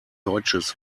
deutsches